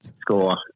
score